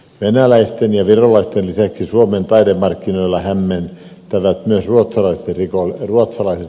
venäläisten ja virolaisten lisäksi suomen taidemarkkinoilla hämmentävät myös ruotsalaiset rikolliset